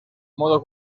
modo